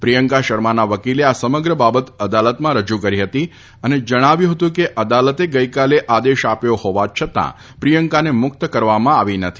પ્રિયંકા શર્માના વકીલે આ સમગ્ર બાબત અદાલતમાં રજૂ કરી હતી અને જણાવ્યું હતું કે અદાલતે ગઈકાલે આદેશ આપ્યો હોવા છતાં પ્રિયંકાને મુક્ત કરવામાં આવી નથી